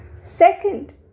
Second